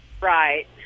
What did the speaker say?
Right